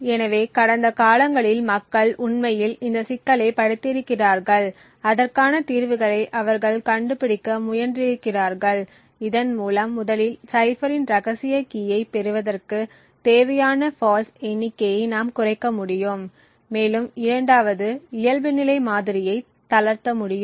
எனவே கடந்த காலங்களில் மக்கள் உண்மையில் இந்த சிக்கலைப் படித்திருக்கிறார்கள் அதற்கான தீர்வுகளை அவர்கள் கண்டுபிடிக்க முயன்றிருக்கிறார்கள் இதன் மூலம் முதலில் சைஃப்பரின் ரகசிய கீயை பெறுவதற்குத் தேவையான ஃபால்ட்ஸ் எண்ணிக்கையை நாம் குறைக்க முடியும் மேலும் 2 வது இயல்புநிலை மாதிரியை தளர்த்த முடியும்